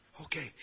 Okay